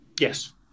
Yes